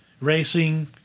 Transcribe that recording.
racing